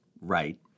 right